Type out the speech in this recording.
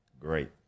great